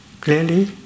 clearly